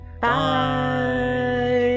Bye